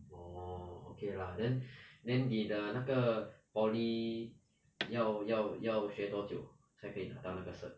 orh okay lah then then 你的那个 poly 要要要学多久才可以拿到那个 cert